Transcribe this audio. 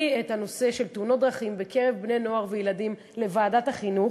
את הנושא של תאונות דרכים בקרב בני-נוער וילדים לוועדת החינוך,